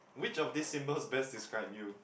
which of this symbols best describe you